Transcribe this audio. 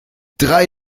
drei